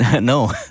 No